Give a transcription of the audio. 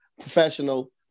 professional